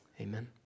amen